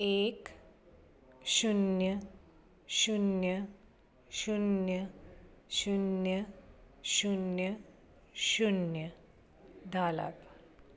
एक शुन्य शुन्य शुन्य शुन्य शुन्य शुन्य धा लाख